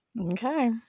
Okay